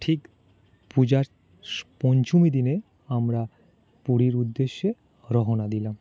ঠিক পূজার পঞ্চমী দিনে আমরা পুরীর উদ্দেশ্যে রওনা দিলাম